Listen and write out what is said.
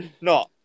no